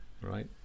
right